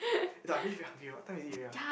ya I feeling very hungry what time is it already ah